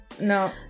no